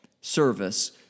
service